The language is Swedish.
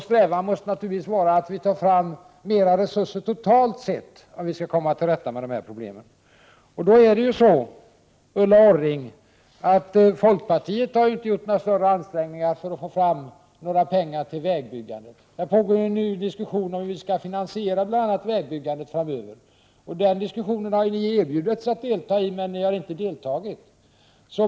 Strävan måste naturligtvis vara att vi tar fram större resurser totalt sett för att komma till rätta med de här problemen. Folkpartiet har inte, Ulla Orring, gjort några större ansträngningar för att få fram pengar till vägbyggande. Det pågår en diskussion om hur vi skall finansiera bl.a. vägbyggandet framöver. Den diskussionen har ni erbjudits att deltaga i, men ni har inte deltagit.